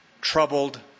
troubled